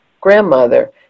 grandmother